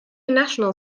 national